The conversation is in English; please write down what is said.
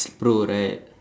pro right